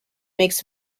makes